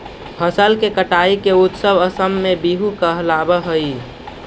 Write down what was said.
फसल के कटाई के उत्सव असम में बीहू कहलावऽ हइ